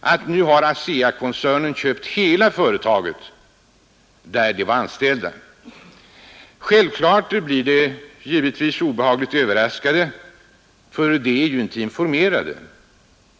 att ASEA-koncernen nu har köpt hela företaget där de var anställda. Självklart blir de obehagligt överraskade. De var ju inte informerade.